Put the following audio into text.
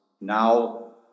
now